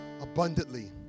abundantly